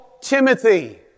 Timothy